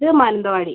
ഇത് മാനന്തവാടി